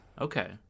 Okay